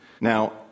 Now